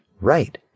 Right